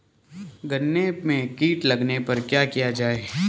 गन्ने में कीट लगने पर क्या किया जाये?